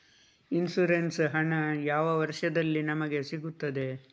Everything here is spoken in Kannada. ಇನ್ಸೂರೆನ್ಸ್ ಹಣ ಯಾವ ವರ್ಷದಲ್ಲಿ ನಮಗೆ ಸಿಗುತ್ತದೆ?